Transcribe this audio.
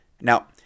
now